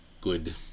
good